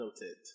Noted